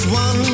one